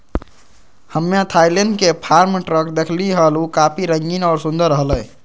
हम्मे थायलैंड के farm truck देखली हल, ऊ काफी रंगीन और सुंदर हलय